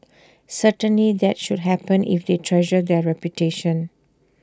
certainly that should happen if they treasure their reputation